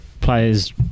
players